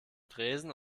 tresen